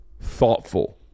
thoughtful